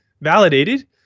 validated